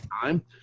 time